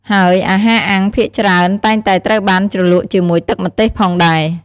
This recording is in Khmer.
ហើយអាហារអាំងភាគច្រើនតែងតែត្រូវបានជ្រលក់ជាមួយទឹកម្ទេសផងដែរ។